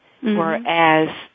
Whereas